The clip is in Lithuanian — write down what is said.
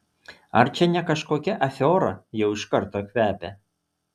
ar čia ne kažkokia afiora jau iš karto kvepia